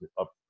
up